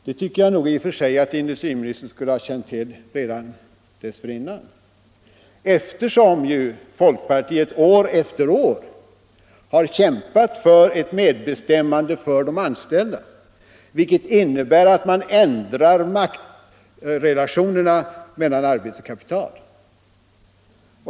Det tycker jag nog att industriministern skulle ha känt till redan dessförinnan, eftersom ju folkpartiet år efter år har kämpat för ett medbestämmande för de anställda, vilket innebär att man ändrar maktrelationerna mellan arbete och kapital.